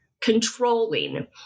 controlling